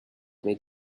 made